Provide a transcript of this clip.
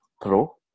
pro